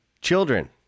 children